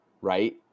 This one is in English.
Right